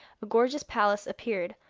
a gorgeous palace appeared,